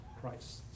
Christ